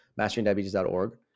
MasteringDiabetes.org